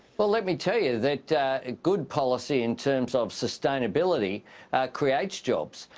but let me tell you that ah good policy in terms of sustainability creates jobs.